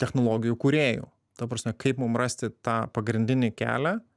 technologijų kūrėjų ta prasme kaip mum rasti tą pagrindinį kelią